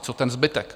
Co ten zbytek?